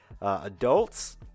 adults